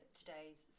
today's